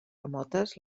remotes